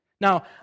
Now